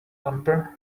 number